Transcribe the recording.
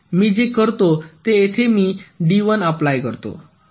मी जे करतो ते येथे मी D1 अप्लाय करतो